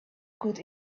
could